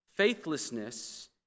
Faithlessness